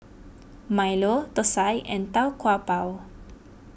Milo Thosai and Tau Kwa Pau